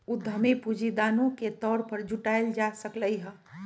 उधमी पूंजी दानो के तौर पर जुटाएल जा सकलई ह